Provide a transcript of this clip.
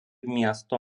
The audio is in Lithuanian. miesto